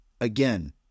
again